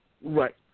Right